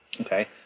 okay